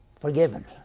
Forgiven